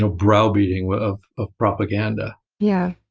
ah brow beating of of propaganda. yeah.